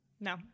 No